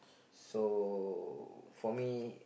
so for me